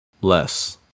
less